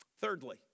Thirdly